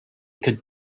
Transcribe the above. could